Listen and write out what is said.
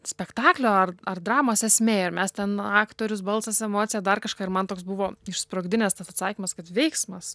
spektaklio ar ar dramos esmė ir mes ten aktorius balsas emocija dar kažką ir man toks buvo išsprogdinęs tas atsakymas kad veiksmas